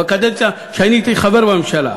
בקדנציה שאני הייתי חבר בממשלה.